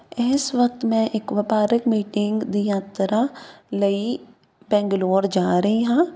ਇਸ ਵਕਤ ਮੈਂ ਇੱਕ ਵਪਾਰਕ ਮੀਟਿੰਗ ਦੀ ਯਾਤਰਾ ਲਈ ਬੈਂਗਲੋਰ ਜਾ ਰਹੀ ਹਾਂ